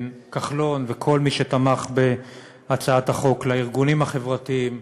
כחלון וכל מי שתמך בהצעת החוק, לארגונים החברתיים,